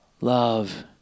Love